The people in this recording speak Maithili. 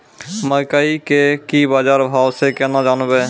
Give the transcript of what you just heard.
मकई के की बाजार भाव से केना जानवे?